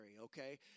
okay